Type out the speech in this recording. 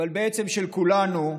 אבל בעצם של כולנו,